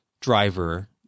driver